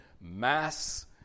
mass